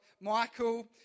Michael